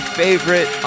favorite